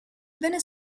venne